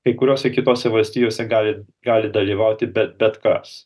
kai kuriose kitose valstijose gali gali dalyvauti bet bet kas